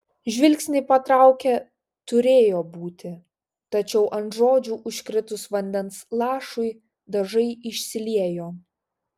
žvilgsnį patraukė turėjo būti tačiau ant žodžių užkritus vandens lašui dažai išsiliejo